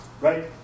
Right